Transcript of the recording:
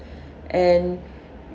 and